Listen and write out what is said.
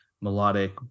melodic